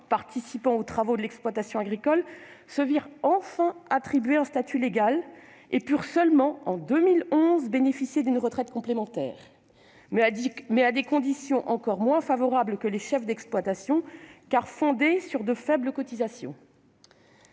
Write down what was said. participant aux travaux de l'exploitation agricole se virent enfin attribuer un statut légal. Ils purent, seulement à partir de 2011, bénéficier d'une retraite complémentaire, mais à des conditions encore moins favorables que les chefs d'exploitation, puisque les cotisations